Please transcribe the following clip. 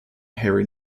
harry